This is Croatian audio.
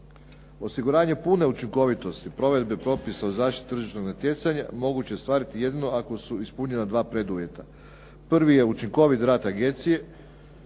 Osiguranje pune učinkovitosti provedbe propisa o zaštiti tržišnog natjecanja moguće je ostvariti jedino ako su ispunjena dva preduvjeta. Prvi je učinkovit rad agencije